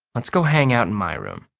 let's go hang out in my room.